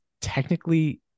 technically